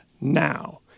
now